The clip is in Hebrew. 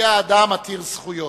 היה אדם עתיר זכויות.